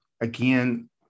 again